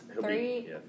three